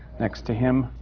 next to him,